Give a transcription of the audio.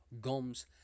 Gums